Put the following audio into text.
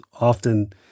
often